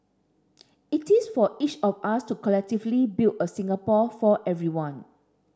it is for each of us to collectively build a Singapore for everyone